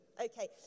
Okay